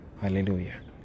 hallelujah